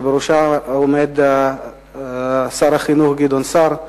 שבראשה עומד שר החינוך גדעון סער.